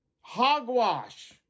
hogwash